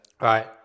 Right